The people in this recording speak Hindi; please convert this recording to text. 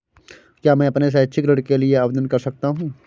क्या मैं अपने शैक्षिक ऋण के लिए आवेदन कर सकता हूँ?